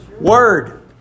word